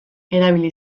erabili